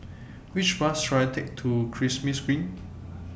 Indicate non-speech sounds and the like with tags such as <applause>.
Which Bus should I Take to <unintelligible> Green